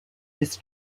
his